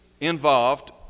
involved